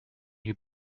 you